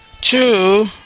two